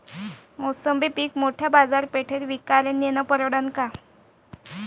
मोसंबी पीक मोठ्या बाजारपेठेत विकाले नेनं परवडन का?